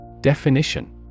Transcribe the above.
Definition